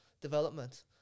development